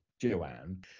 joanne